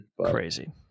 Crazy